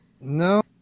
No